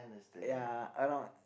ya a lot